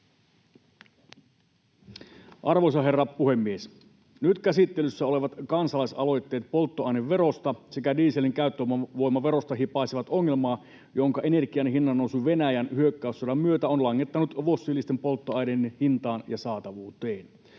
Arvoisa herra puhemies! Nyt käsittelyssä olevat kansalaisaloitteet polttoaineverosta sekä dieselin käyttövoimaverosta hipaisevat ongelmaa, jonka energian hinnannousu Venäjän hyökkäyssodan myötä on langettanut fossiilisten polttoaineiden hintaan ja saatavuuteen.